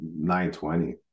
920